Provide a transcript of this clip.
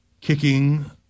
kicking